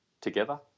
together